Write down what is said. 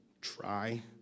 try